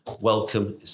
welcome